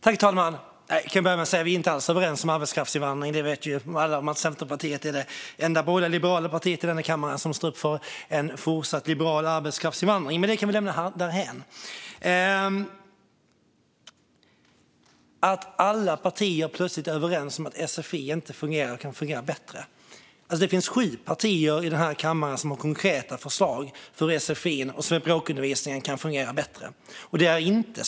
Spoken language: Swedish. Herr talman! Jag kan börja med att säga att vi inte alls är överens om arbetskraftsinvandringen. Alla vet ju att Centerpartiet är det enda borgerliga eller liberala parti i denna kammare som står upp för en fortsatt liberal arbetskraftsinvandring. Men det kan vi lämna därhän. Alla partier skulle alltså plötsligt vara överens om att sfi inte fungerar eller skulle kunna fungera bättre. Det finns sju partier i den här kammaren som har konkreta förslag på hur sfi och språkundervisningen skulle kunna fungera bättre.